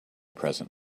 present